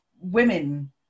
women